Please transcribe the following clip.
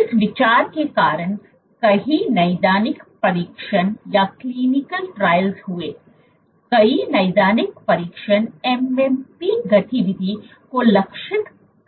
इस विचार के कारण कई नैदानिक परीक्षण हुए कई नैदानिक परीक्षण MMP गतिविधि को लक्षित करने का प्रयास करेंगे